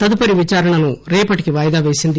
తదుపరి విచారణను రేపటికి వాయిదా వేసింది